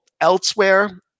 elsewhere